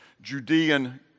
Judean